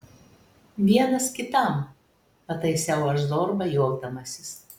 vienas kitam pataisiau aš zorbą juokdamasis